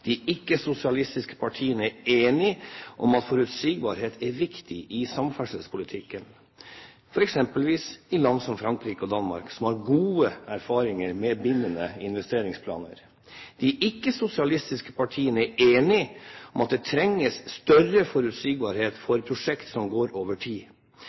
De ikke-sosialistiske partiene er enige om at forutsigbarhet er viktig i samferdselspolitikken, eksempelvis har land som Frankrike og Danmark gode erfaringer med bindende investeringsplaner. De ikke-sosialistiske partiene er enige om at det trengs større forutsigbarhet for prosjekter som går over tid.